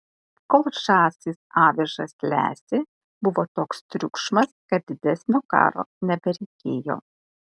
kol žąsys avižas lesė buvo toks triukšmas kad didesnio karo nebereikėjo